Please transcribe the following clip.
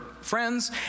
friends